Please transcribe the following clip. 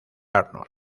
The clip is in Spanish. arnold